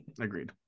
agreed